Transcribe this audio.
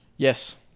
Yes